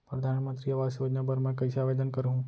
परधानमंतरी आवास योजना बर मैं कइसे आवेदन करहूँ?